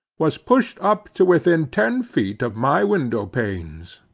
was pushed up to within ten feet of my window panes.